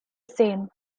same